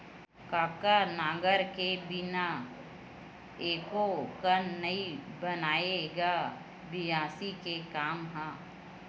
कका नांगर के बिना एको कन नइ बनय गा बियासी के काम ह?